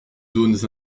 zones